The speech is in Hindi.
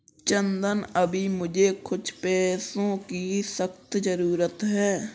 चंदन अभी मुझे कुछ पैसों की सख्त जरूरत है